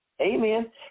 Amen